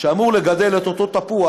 שאמור לגדל את אותו תפוח,